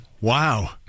Wow